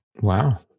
wow